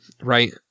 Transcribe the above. right